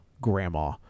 grandma